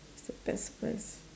what's the best place